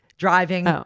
driving